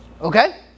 Okay